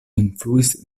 influis